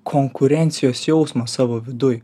konkurencijos jausmo savo viduj